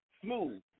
smooth